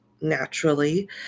naturally